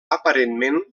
aparentment